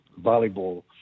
volleyball